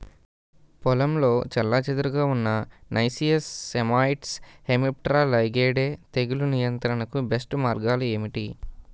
పొలంలో చెల్లాచెదురుగా ఉన్న నైసియస్ సైమోయిడ్స్ హెమిప్టెరా లైగేయిడే తెగులు నియంత్రణకు బెస్ట్ మార్గాలు ఏమిటి?